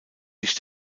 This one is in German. sich